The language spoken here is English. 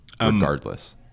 regardless